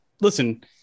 listen